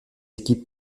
équipes